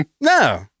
No